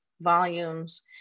volumes